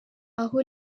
aho